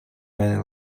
man